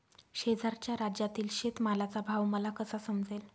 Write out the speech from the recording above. शेजारच्या राज्यातील शेतमालाचा भाव मला कसा समजेल?